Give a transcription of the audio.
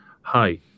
hi